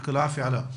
בבקשה, עלא.